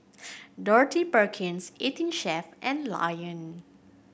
Dorothy Perkins Eighteen Chef and Lion